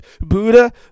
Buddha